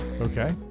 Okay